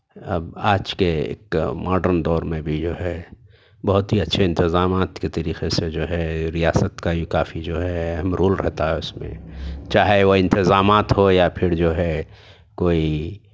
اب آج کے ایک ماڈرن دور میں بھی جو ہے بہت ہی اچھے انتظامات کہ طریقے سے جو ہے ریاست کا یہ کافی جو ہے اہم رول رہتا اُس میں چاہے وہ انتظامات ہو یا پھر جو ہے کوئی